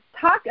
talk